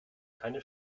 keine